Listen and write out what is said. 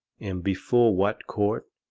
and before what court,